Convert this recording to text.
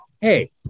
hey